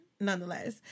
nonetheless